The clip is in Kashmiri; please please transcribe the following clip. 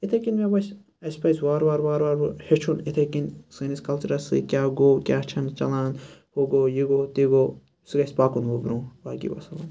یِتھے کٔنۍ مےٚ باسیٚو اَسہِ پَزِ ہیٚچھُن اِتھےکٔنۍ سٲنِس کَلچَرَس سۭتۍ کیاہ گوٚو کیاہ چھنہٕ چَلان ہہُ گوٚو یہِ گوٚو تہِ گوٚو سُہ گَژھِ پَکُن وۄنۍ برونٛہہ باقٕے وَسَلام